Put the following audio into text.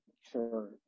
sure